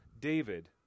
David